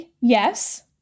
yes